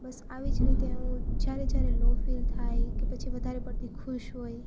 બસ આવી જ રીતે હું જ્યારે જ્યારે લો ફિલ થાય કે પછી વધારે પડતી ખુશ હોય